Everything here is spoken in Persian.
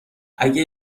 اگه